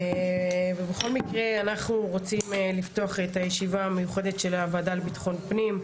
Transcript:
אנחנו רוצים לפתוח את הישיבה המיוחדת של הוועדה לביטחון פנים.